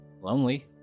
lonely